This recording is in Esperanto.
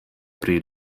pri